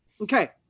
Okay